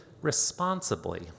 responsibly